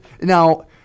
Now